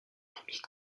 endémique